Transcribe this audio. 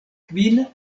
kvin